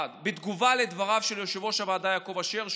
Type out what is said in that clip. בתגובה לדבריו של יושב-ראש הוועדה יעקב אשר,